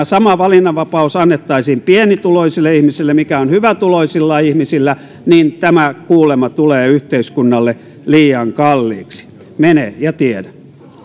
sama valinnanvapaus annettaisiin pienituloisille ihmisille kuin mikä on hyvätuloisilla ihmisillä niin tämä kuulemma tulee yhteiskunnalle liian kalliiksi mene ja tiedä